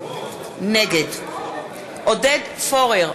נגד עודד פורר,